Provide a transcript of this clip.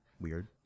weird